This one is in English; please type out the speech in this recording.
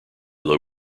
low